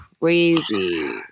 crazy